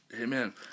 Amen